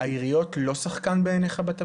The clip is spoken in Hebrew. העיריות הן לא שחקן בעיניך?